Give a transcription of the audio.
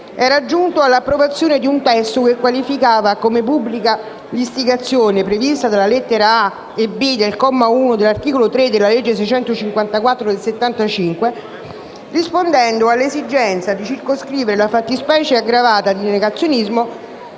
era giunto all'approvazione di un testo che qualificava come pubblica l'istigazione, prevista dalle lettere *a)* e *b)* del comma 1 dell'articolo 3 della legge n. 654 del 1975, rispondendo all'esigenza di circoscrivere la fattispecie aggravata di negazionismo